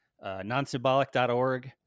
non-symbolic.org